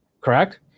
correct